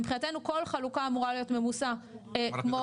מבחינתנו כל חלוקה אמורה להיות ממוסה כמו דיבידנד.